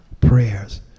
prayers